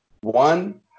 one